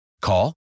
Call